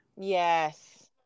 Yes